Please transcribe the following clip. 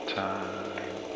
time